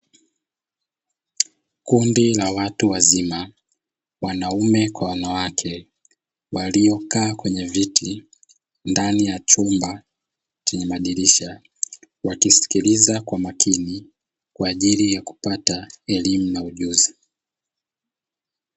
Kundi la watu wazima wanaume kwa wanawake waliokaa kwenye viti ndani ya chumba chenye madirisha, wakisikiliza kwa makini kwa ajili ya kupata elimu na ujuzi.